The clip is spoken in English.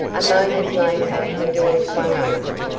a moment later the door swung open,